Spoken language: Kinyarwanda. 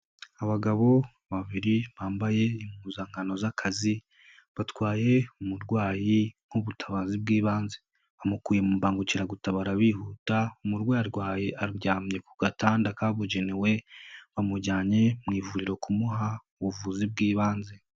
Abagabo babiri bambaye impuzankano z'akazi, batwaye umurwayi nk'ubutabazi bw'ibanze, bamukuye mu mbangukiragutabara bihuta, umurwayi arwaye aryamye ku gatanda kabugenewe, bamujyanye mu ivuriro kumuha ubuvuzi bw'ibanze.